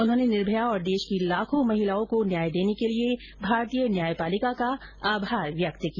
उन्होंने निर्मया और देश की लाखों महिलाओं को न्याय देने के लिए भारतीय न्यायपालिका का आभार व्यक्त किया